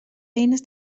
eines